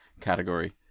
category